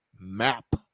map